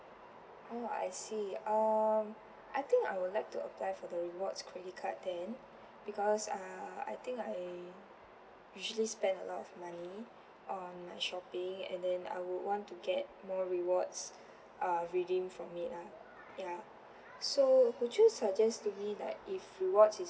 oh I see um I think I would like to apply for the rewards credit card then because uh I think I usually spend a lot of money on my shopping and then I would want to get more rewards uh redeemed from it lah yeah so would you suggest to me like if rewards is